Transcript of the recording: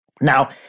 Now